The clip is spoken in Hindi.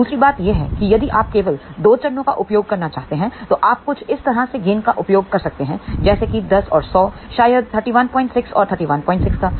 दूसरी बात यह है कि यदि आप केवल 2 चरणों का उपयोग करना चाहते हैं तो आप कुछ इस तरह से गेन का का उपयोग कर सकते हैं जैसे कि 10 और 100 शायद 316 और 316 का